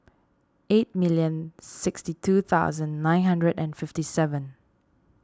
eighty million sixty two thousand nine hundred and fifty seven